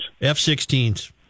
F-16s